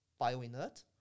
bioinert